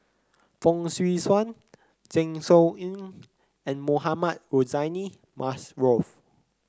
Fong Swee Suan Zeng Shouyin and Mohamed Rozani